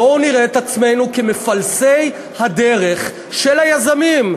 בואו נראה את עצמנו כמפלסי הדרך של היזמים.